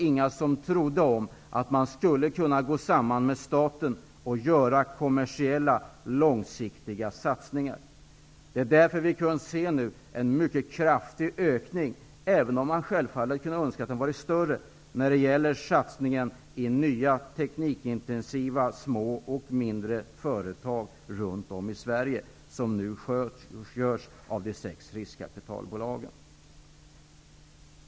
Ingen trodde att det gick att gå samman med staten och göra kommersiella långsiktiga satsningar. Det är därför som vi nu kan se en mycket kraftig ökning, även om man självfallet kunde önska att den var större, när det gäller satsningen på nya teknikintensiva små och mindre företag runt om i Sverige som nu sköts av de sex riskkapitalbolagen.